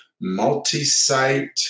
multi-site